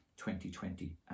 2020